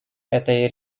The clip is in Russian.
этой